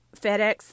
FedEx